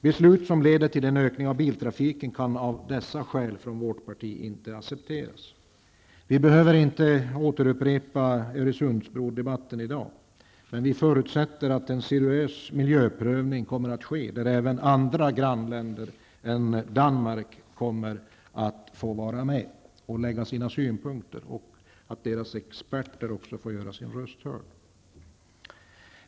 Beslut som leder till en ökning av biltrafiken kan av dessa skäl inte accepteras av vårt parti. Vi behöver inte i dag upprepa Öresundsbrodebatten, men vi förutsätter att en seriös miljöprövning kommer att ske och att även andra grannländer än Danmark kommer att få vara med och lägga fram sina synpunkter och att också deras experter får göra sina röster hörda.